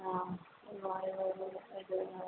ஆ வாழைப்பழம்